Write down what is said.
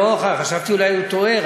חשבתי שאולי הוא טועה,